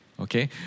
Okay